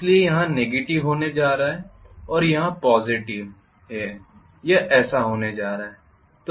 इसलिए यहाँ नेगेटिव होने जा रहा है और यहाँ पॉज़िटिव है कि यह ऐसे होने जा रहा है